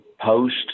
post